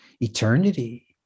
eternity